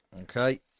Okay